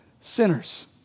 sinners